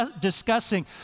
discussing